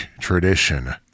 tradition